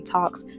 Talks